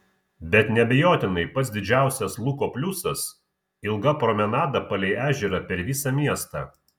bet neabejotinai pats didžiausias luko pliusas ilga promenada palei ežerą per visą miestą